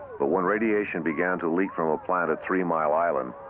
but when radiation began to leak from a plant at three mile island,